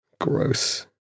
Gross